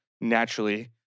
naturally